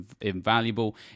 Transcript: invaluable